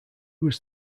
was